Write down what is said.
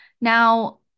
Now